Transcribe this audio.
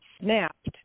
snapped